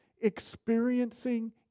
experiencing